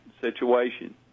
situation